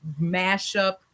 mashup